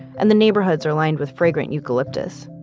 and the neighborhoods are lined with fragrant eucalyptus